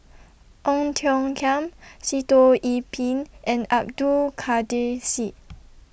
Ong Tiong Khiam Sitoh Yih Pin and Abdul Kadir Syed